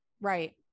Right